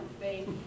faith